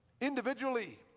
individually